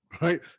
right